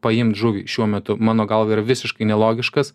paimt žuvį šiuo metu mano galva yra visiškai nelogiškas